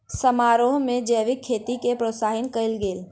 समारोह में जैविक खेती के प्रोत्साहित कयल गेल